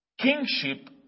Kingship